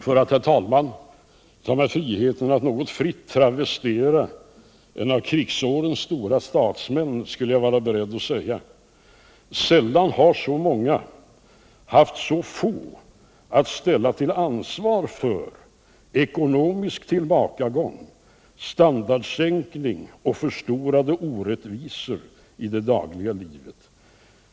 För att, herr talman, ta mig friheten att något fritt travestera ett uttalande av en av krigsårens stora statsmän, skulle jag vara beredd att säga: Sällan har så många haft så få att ställa till ansvar för ekonomisk tillbakagång, standardsänkning och förstorade orättvisor i det dagliga livet.